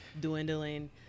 dwindling